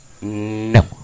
No